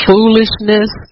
Foolishness